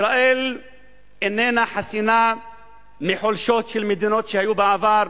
ישראל איננה חסינה מחולשות של מדינות שהיו בעבר,